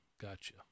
Gotcha